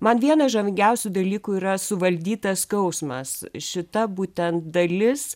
man vienas žavingiausių dalykų yra suvaldytas skausmas šita būtent dalis